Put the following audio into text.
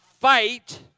fight